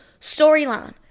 storyline